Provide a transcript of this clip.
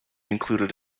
included